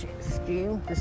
scheme